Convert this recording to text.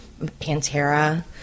Pantera